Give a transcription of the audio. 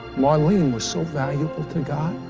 marlene was so valuable to god.